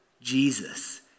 Jesus